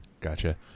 Gotcha